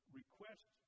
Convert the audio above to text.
request